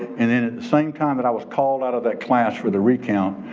and then at the same time that i was called out of that class for the recount,